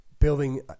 building